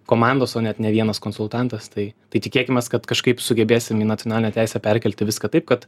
komandos o net ne vienas konsultantas tai tai tikėkimės kad kažkaip sugebėsim į nacionalinę teisę perkelti viską taip kad